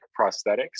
prosthetics